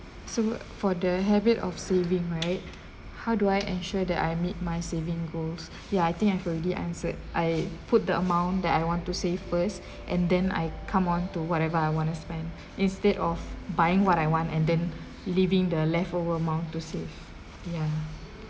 so for the habit of saving right how do I ensure that I meet my saving goals ya I think I've already answered I put the amount that I want to save first and then I come on to whatever I want to spend instead of buying what I want and then leaving the leftover amount to save ya